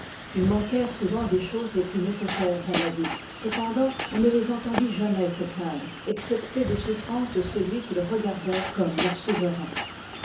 ils manquèrent souvent des choses les plus necessaires à la vie cependant on ne les entenditjamais se plaindre excepté des souffrances de celui qu'ils regardoient comme leur souverain